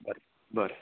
बरें बरें